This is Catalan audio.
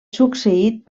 succeït